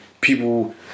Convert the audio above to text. people